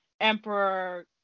emperor